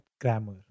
grammar